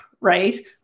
right